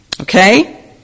Okay